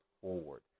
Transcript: forward